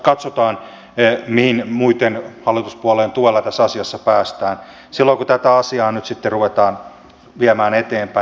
katsotaan mihin muiden hallituspuolueiden tuella tässä asiassa päästään silloin kun tätä asiaa nyt sitten ruvetaan viemään eteenpäin